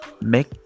make